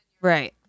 right